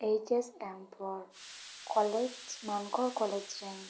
HS ᱮᱢ ᱯᱚᱨ college Mankar college ᱨᱮᱧ